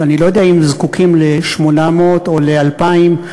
אני לא יודע אם זקוקים ל-800 או ל-2,000.